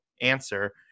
answer